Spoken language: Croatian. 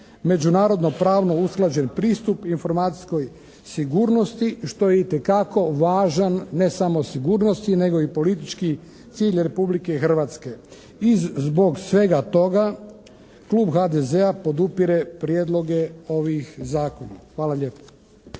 Međunarodno pravno usklađen pristup informacijskoj sigurnosti što je itekako važan ne samo sigurnosni nego i politički cilj Republike Hrvatske. I zbog svega toga Klub HDZ-a podupire prijedloge ovih zakona. Hvala lijepa.